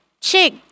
chick